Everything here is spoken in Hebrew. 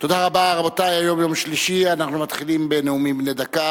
4 נאומים בני דקה